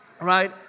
Right